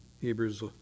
Hebrews